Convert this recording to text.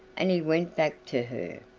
and he went back to her.